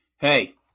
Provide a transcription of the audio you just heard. Hey